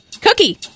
cookie